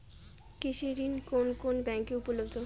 কৃষি ঋণ কোন কোন ব্যাংকে উপলব্ধ?